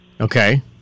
Okay